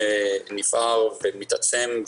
נפער ומתעצם,